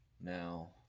Now